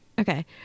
Okay